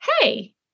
hey